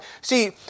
See